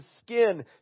skin